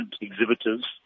exhibitors